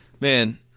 man